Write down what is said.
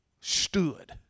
stood